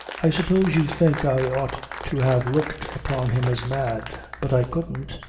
i suppose you think i ought to have looked upon him as mad. but i couldn't.